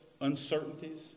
uncertainties